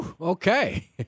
Okay